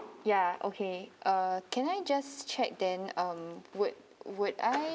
ya okay uh can I just check then um would would I